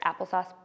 applesauce